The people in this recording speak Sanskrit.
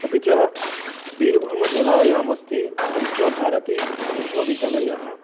अपि च बीर्भूम जिलायाम् अस्ति विश्वभारतीविश्वविद्यालयः